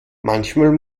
manchmal